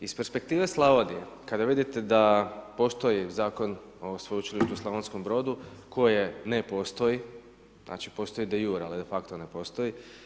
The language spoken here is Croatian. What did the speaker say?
Iz perspektive Slavonije kada vidite da postoji Zakon o Sveučilištu u Slavonskom Brodu koje ne postoji, znači postoji de jure, ali defakto ne postoji.